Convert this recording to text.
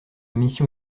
mission